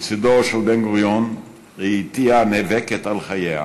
לצדו של בן-גוריון ראיתיה נאבקת על חייה